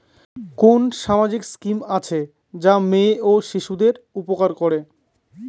কোন সামাজিক স্কিম আছে যা মেয়ে শিশুদের উপকার করে?